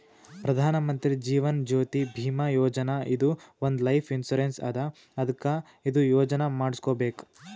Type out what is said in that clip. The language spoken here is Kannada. ಪ್ರಧಾನ್ ಮಂತ್ರಿ ಜೀವನ್ ಜ್ಯೋತಿ ಭೀಮಾ ಯೋಜನಾ ಇದು ಒಂದ್ ಲೈಫ್ ಇನ್ಸೂರೆನ್ಸ್ ಅದಾ ಅದ್ಕ ಇದು ಯೋಜನಾ ಮಾಡುಸ್ಕೊಬೇಕ್